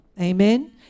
Amen